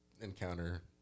encounter